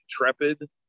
intrepid